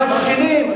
מלשינים.